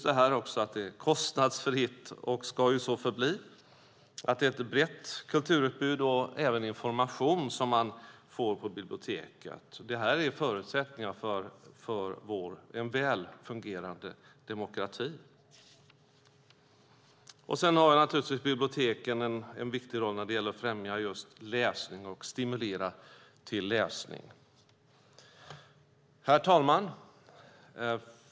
Det är kostnadsfritt och ska så förbli, och det är ett brett kulturutbud och även information som man får på biblioteket. Det är förutsättningar för en väl fungerande demokrati. Sedan har biblioteken naturligtvis en viktig roll när det gäller att främja läsning och att stimulera till läsning. Herr talman!